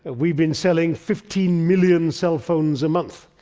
ah we've been selling fifteen million cellphones a month.